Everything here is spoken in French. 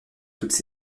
toutes